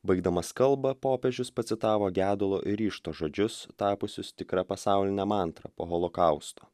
baigdamas kalbą popiežius pacitavo gedulo ir ryžto žodžius tapusius tikra pasauline mantra po holokausto